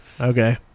Okay